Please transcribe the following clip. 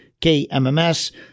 KMMS